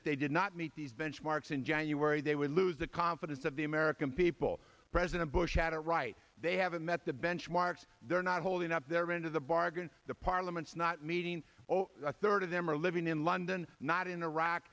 if they did not meet these benchmarks in january they would lose the confidence of the american people president bush at a right they haven't met the benchmarks they're not holding up their end of the bargain the parliament's not meeting a third of them are living in london not in iraq